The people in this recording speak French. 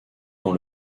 dans